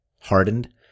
hardened